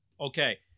okay